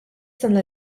sena